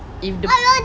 if the